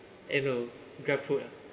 and do Grab food ah